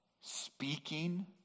Speaking